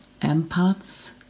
empaths